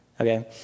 okay